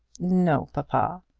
no, papa.